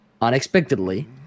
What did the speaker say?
unexpectedly